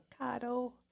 Avocado